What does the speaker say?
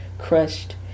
crushed